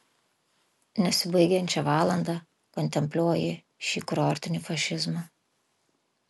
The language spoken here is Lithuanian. nesibaigiančią valandą kontempliuoji šį kurortinį fašizmą